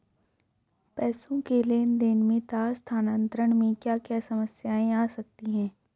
पैसों के लेन देन में तार स्थानांतरण में क्या क्या समस्याएं आ सकती हैं?